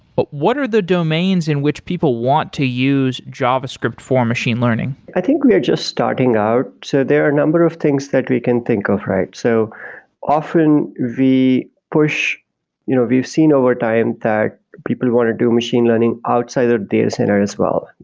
but what are the domains in which people want to use javascript for machine learning? i think we are just starting out. so there are a number of things that we can think of, right? so often, we push you know we've seen overtime that people want to do machine learning outside of the data center as well.